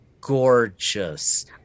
gorgeous